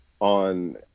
on